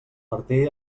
martí